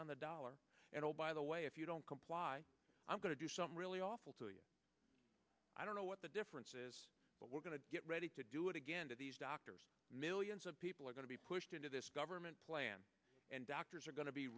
on the dollar and oh by the way if you don't comply i'm going to do some really awful to you i don't know what the differences but we're going to get ready to do it again to these doctors millions of people are going to be pushed into this government plan and doctors are go